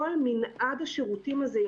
כל מנעד השירותים הזה,